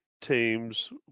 teams